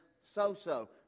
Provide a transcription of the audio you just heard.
so-so